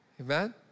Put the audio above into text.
Amen